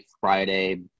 Friday